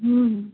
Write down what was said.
হুম হুম